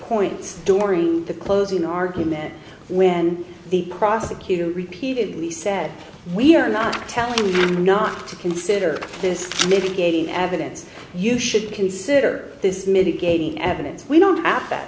points during the closing argument when the prosecutor repeatedly said we are not telling you not to consider this maybe gating evidence you should consider this mitigating evidence we don't ha